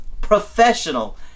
professional